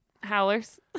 howlers